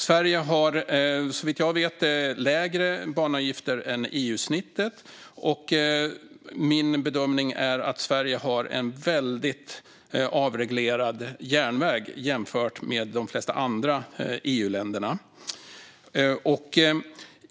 Sverige har, såvitt jag vet, lägre banavgifter än EU-snittet. Och min bedömning är att Sverige har en väldigt avreglerad järnväg jämfört med de flesta andra EU-länder.